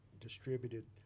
distributed